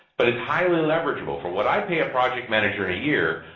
but it's highly leverageable. from what i pay a project manager in a year,